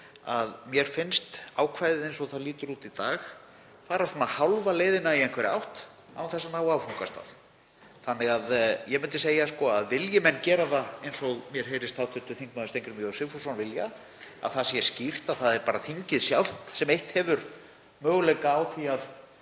að mér finnst ákvæðið eins og það lítur út í dag fara hálfa leiðina í einhverja átt án þess að ná áfangastað. Ég myndi segja að vilji menn gera það, eins og mér heyrist hv. þm. Steingrímur J. Sigfússon vilja, að það sé skýrt að það er bara þingið sjálft sem eitt hefur möguleika á því að